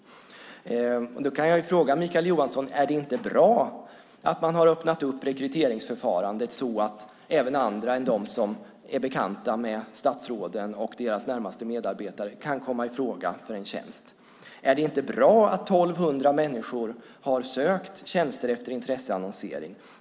Då vill jag fråga Mikael Johansson: Är det inte bra att man har öppnat upp rekryteringsförfarandet så att även andra än de som är bekanta med statsråden och deras närmaste medarbetare kan komma i fråga för en tjänst? Är det inte bra att 1 200 människor har sökt tjänster efter intresseannonsering?